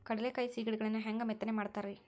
ಕಡಲೆಕಾಯಿ ಸಿಗಡಿಗಳನ್ನು ಹ್ಯಾಂಗ ಮೆತ್ತನೆ ಮಾಡ್ತಾರ ರೇ?